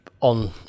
on